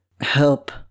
help